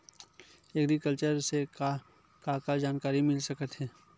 Agriculture से का का जानकारी मिल सकत हे?